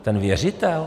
Ten věřitel?